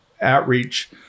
outreach